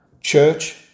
church